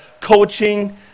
coaching